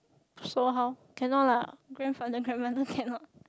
so how cannot lah grandfather grandmothers cannot